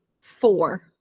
four